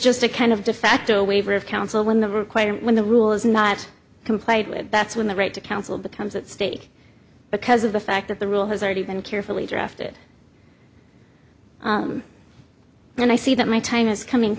waiver of counsel when the requirement when the rule is not complied with that's when the right to counsel becomes at stake because of the fact that the rule has already been carefully drafted when i see that my time is coming